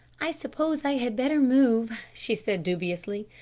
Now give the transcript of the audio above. i suppose i had better move, she said dubiously.